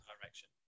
direction